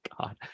God